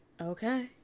Okay